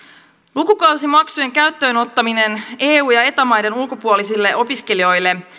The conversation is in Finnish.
lukukausimaksujen käyttöön ottaminen eu ja eta maiden ulkopuolisille opiskelijoille